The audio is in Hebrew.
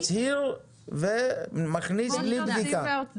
הצהיר ומכניס בלי בדיקה.